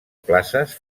places